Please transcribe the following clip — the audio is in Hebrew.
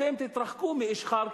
אתם תתרחקו מאשחר,